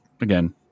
again